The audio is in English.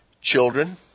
children